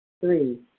Three